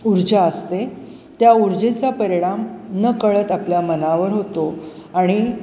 ऊर्जा असते त्या ऊर्जेचा परिणाम नकळत आपल्या मनावर होतो आणि